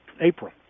April